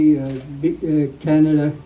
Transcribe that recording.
Canada